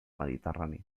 mediterrani